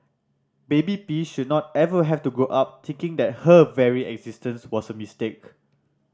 baby P should not ever have to grow up thinking that her very existence was a mistake